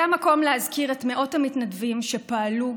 זה המקום להזכיר את מאות המתנדבים שפעלו,